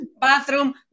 bathroom